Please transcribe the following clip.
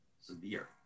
severe